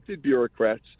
bureaucrats